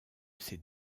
ces